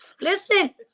Listen